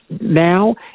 now